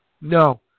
No